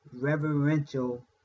reverential